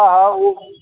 हा हा उहो